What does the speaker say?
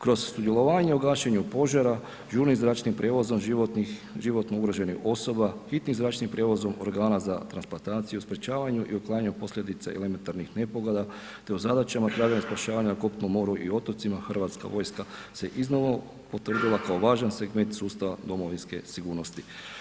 Kroz sudjelovanje u gašenju požara žurnim zračnim prijevozom životnih, životno ugroženih osoba, hitnim zračnim prijevozom organa za transplantaciju, sprječavanju i uklanjanju posljedice elementarnih nepogoda te u zadaćama traganja i spašavanja na kopnu i moru i otocima Hrvatska vojske se iznova potvrdila kao važan segment sustava domovinske sigurnosti.